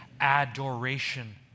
adoration